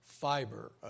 fiber